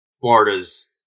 Florida's